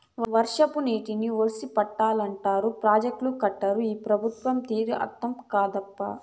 వర్షపు నీటిని ఒడిసి పట్టాలంటారు ప్రాజెక్టులు కట్టరు ఈ పెబుత్వాల తీరే అర్థం కాదప్పా